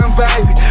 baby